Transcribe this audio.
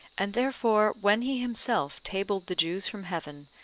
and therefore when he himself tabled the jews from heaven,